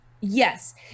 Yes